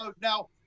now